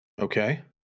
Okay